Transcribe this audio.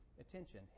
attention